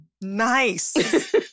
nice